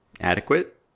adequate